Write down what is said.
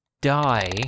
die